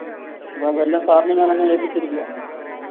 അപ്പം അതെല്ലാം സാറിനെ ഞാനങ്ങ് ഏൽപ്പിച്ചിരിയ്ക്കുകയാണ്